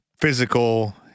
physical